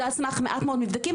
זה על סמך מעט מאוד מבדקים,